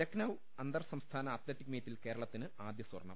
ലക്നൌ അന്തർസംസ്ഥാന അത്ലറ്റിക് മീറ്റിൽ കേരളത്തിന് ആദ്യസ്വർണം